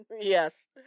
yes